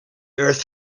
earth